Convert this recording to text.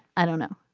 i don't know.